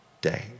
day